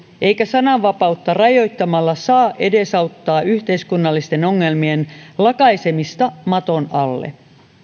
eikä sananvapautta rajoittamalla saa edesauttaa yhteiskunnallisten ongelmien lakaisemista maton alle